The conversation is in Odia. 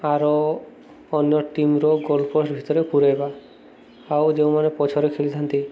ଆର ଅନ୍ୟ ଟିମ୍ର ଗୋଲ୍ ପୋଷ୍ଟ୍ ଭିତରେ ପୂରେଇବା ଆଉ ଯେଉଁମାନେ ପଛରେ ଖେଳିଥାନ୍ତି